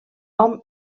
hom